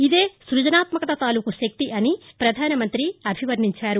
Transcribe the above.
ఇదే స్బజనాత్యకత తాలూకు శక్తి అని ప్రధాన మంత్రి అభివర్ణించారు